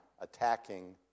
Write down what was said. attacking